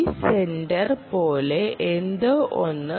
ഈ സെൻറ്റർ പോലെ എന്തോ ഒന്ന്